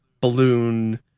balloon